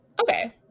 okay